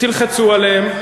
תלחצו עליהם,